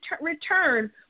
return